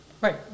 right